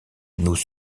nous